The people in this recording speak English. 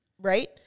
Right